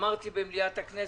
אמרתי במליאת הכנסת,